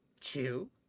two